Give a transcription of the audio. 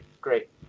great